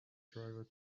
driver